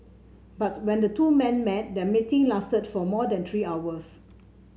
but when the two men met their meeting lasted for more than three hours